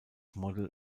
model